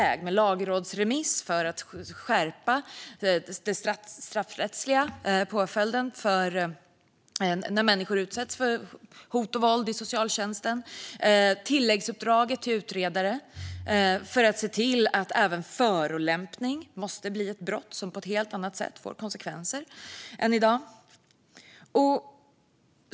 Det handlar om en lagrådsremiss, för att skärpa den straffrättsliga påföljden när människor i socialtjänsten utsätts för hot och våld. Det handlar om tilläggsuppdraget till utredaren för att se till att även förolämpning måste bli ett brott som leder till helt andra konsekvenser än i dag.